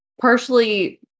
partially